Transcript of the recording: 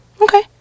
Okay